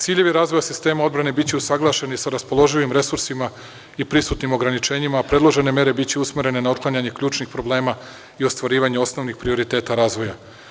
Ciljevi razvoja sistema odbrane biće usaglašeni sa raspoloživim resursima i prisutnim ograničenjima, a predložene mere biće usmerene na otklanjanje ključnih problema i ostvarivanja osnovnih prioriteta razvoja.